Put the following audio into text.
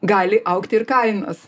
gali augti ir kainos